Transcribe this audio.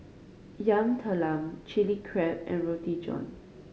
Yam Talam Chili Crab and Roti John